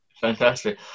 Fantastic